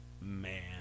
man